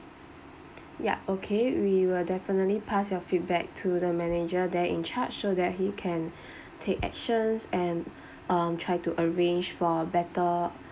ya okay we will definitely pass your feedback to the manager there in charged so that he can take actions and um try to arrange for a better